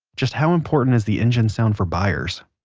just how important is the engine sound for buyers?